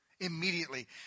immediately